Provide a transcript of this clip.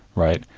right,